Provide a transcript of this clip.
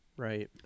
right